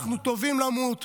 אנחנו טובים למות,